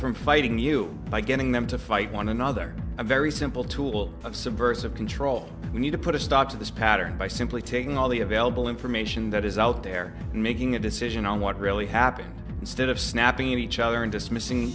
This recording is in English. from fighting you by getting them to fight one another a very simple tool of subversive control we need to put a stop to this pattern by simply taking all the available information that is out there and making a decision on what really happened instead of snapping each other and dismissing